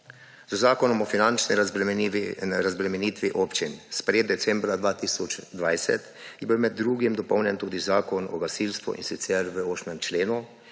Z zakonom o finančni razbremenitvi občin, sprejetim decembra 2020, je bil med drugim dopolnjen tudi Zakon o gasilstvu, in sicer v 8. členu,